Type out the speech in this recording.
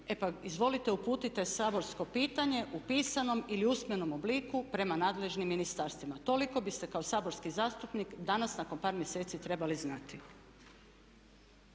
e pa izvolite uputite saborsko pitanje u pisanom ili usmenom obliku prema nadležnim ministarstvima. Toliko biste kao saborski zastupnik danas nakon par mjeseci trebali znati.